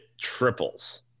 triples